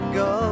go